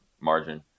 margin